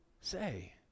say